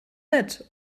mit